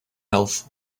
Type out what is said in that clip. health